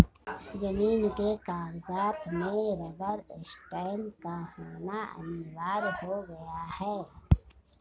जमीन के कागजात में रबर स्टैंप का होना अनिवार्य हो गया है